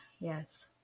Yes